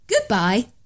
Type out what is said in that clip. goodbye